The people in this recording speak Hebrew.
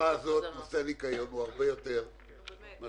בתקופה הזאת נושא הניקיון הוא הרבה יותר מאשר